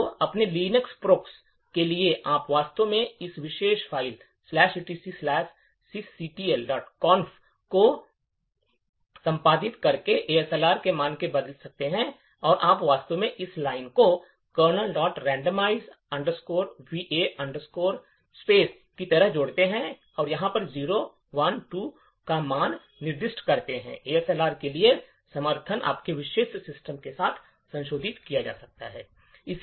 तो अपने linux procs के लिए आप वास्तव में इस विशेष फ़ाइल etcsysctlconf को संपादित करके एएसएलआर के मान को बदल सकते हैं यदि आप वास्तव में इस लाइन को kernelrandomize va space की तरह जोड़ते हैं और 0 1 या 2 का मान निर्दिष्ट करते हैं एएसएलआर के लिए समर्थन आपके विशेष सिस्टम के लिए संशोधित किया जा सकता है